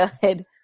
good